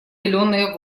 зеленые